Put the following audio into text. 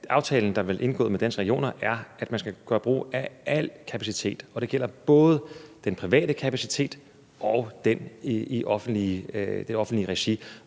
aftalen, der blev indgået med Danske Regioner, er, at man skal kunne gøre brug af al kapacitet, og det gælder både den private kapacitet og den i det offentlige regi.